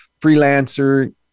freelancer